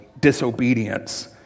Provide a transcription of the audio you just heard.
disobedience